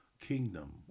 kingdom